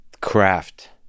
craft